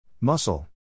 Muscle